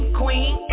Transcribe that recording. queen